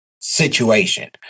situation